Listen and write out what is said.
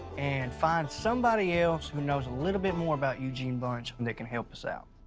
and find somebody else who knows a little bit more about eugene bunch and that can help us out.